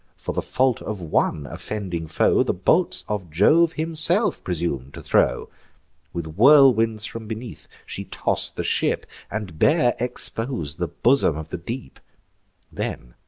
for the fault of one offending foe, the bolts of jove himself presum'd to throw with whirlwinds from beneath she toss'd the ship, and bare expos'd the bosom of the deep then,